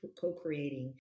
co-creating